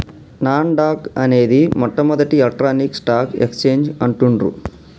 నాస్ dock అనేది మొట్టమొదటి electronic stock exchange అంటుండ్రు